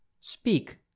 Speak